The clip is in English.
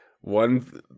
one